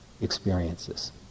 experiences